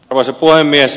arvoisa puhemies